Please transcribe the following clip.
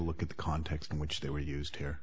look at the context in which they were used here